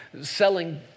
selling